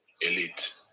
Elite